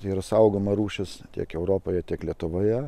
yra saugoma rūšis tiek europoje tiek lietuvoje